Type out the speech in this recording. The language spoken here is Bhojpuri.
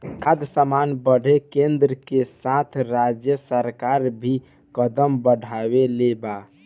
खाद्य सामान बदे केन्द्र के साथ राज्य सरकार भी कदम बढ़ौले बा